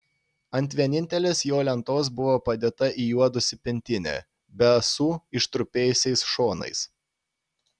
ant vienintelės jo lentos buvo padėta įjuodusi pintinė be ąsų ištrupėjusiais šonais